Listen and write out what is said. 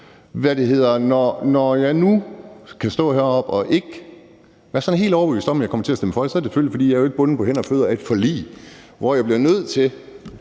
det område. Når jeg nu kan stå heroppe og ikke være sådan helt overbevist om, at jeg kommer til at stemme for, er det selvfølgelig, fordi jeg jo ikke er bundet på hænder og fødder af et forlig, hvor jeg bliver nødt til